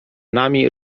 nami